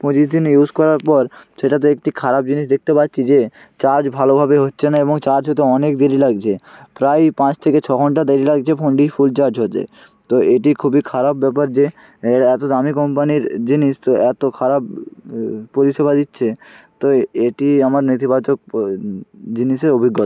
পঁচিশ দিন ইউস করার পর সেটাতে একটি খারাপ জিনিস দেখতে পাচ্ছি যে চার্জ ভালোভাবে হচ্ছে না এবং চার্জ হতে অনেক দেরি লাগছে প্রায়ই পাঁচ থেকে ছ ঘন্টা দেরি লাগছে ফোনটি ফুল চার্জ হতে তো এটি খুবই খারাপ ব্যাপার যে এ এতো দামি কোম্পানির জিনিস তো এতো খারাপ পরিষেবা দিচ্ছে তো এটি আমার নেতিবাচক পো জিনিসে অভিজ্ঞতা